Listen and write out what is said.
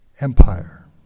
empire